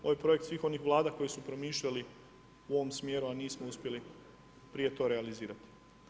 Ovo je projekt svih onih vlada koje su promišljali u ovom smjeru, a nismo uspjeli prije to realizirati.